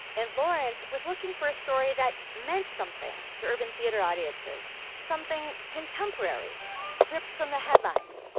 and lawrence was looking for a story that meant something to urban theater audiences something contemporary ripped from the headlines.